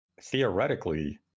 theoretically